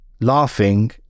laughing